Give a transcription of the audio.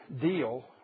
deal